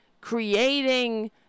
creating